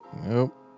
Nope